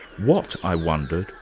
what, i wondered,